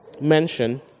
mention